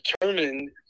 determined